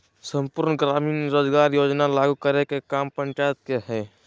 सम्पूर्ण ग्रामीण रोजगार योजना लागू करे के काम पंचायत के हय